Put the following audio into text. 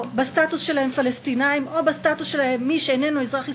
על סדר-היום הוא שאילתות